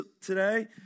today